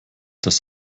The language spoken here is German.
das